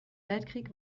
weltkrieg